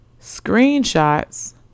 screenshots